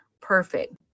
Perfect